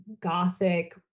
gothic